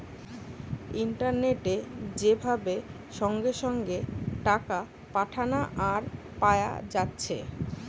ইন্টারনেটে যে ভাবে সঙ্গে সঙ্গে টাকা পাঠানা আর পায়া যাচ্ছে